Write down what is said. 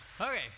Okay